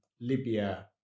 Libya